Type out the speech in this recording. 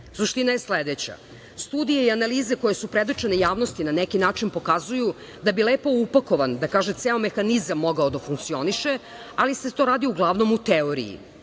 Suština je sledeća: studije i analize koje su predočene javnosti na neki način pokazuju da bi lepo upakovan, da kažem, ceo mehanizam mogao da funkcioniše, ali se to radi uglavnom u teoriji. Mi